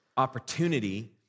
opportunity